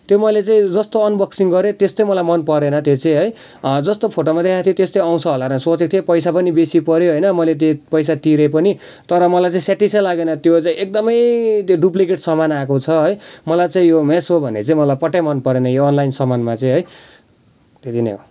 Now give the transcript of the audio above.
त्यो मैले चाहिँ जस्तो अनबक्सिङ गरेँ त्यस्तै मलाई मन परेन त्यो चाहिँ है जस्तो फोटोमा देखाएको थियो त्यस्तै आउँछ होला भनेर सोचेको थिएँ पैसा पनि बेसी पऱ्यो होइन मैले त्यो पैसा तिरेँ पनि तर मलाई चाहिँ सेटिसै लागेन त्यो चाहिँ एकदमै त्यो डुप्लिकेट सामान आएको छ है मलाई चाहिँ यो मेसो भन्ने चाहिँ मलाई पट्टै मन परेन यो अनलाइन सामानमा चाहिँ है त्यति नै हो